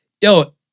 yo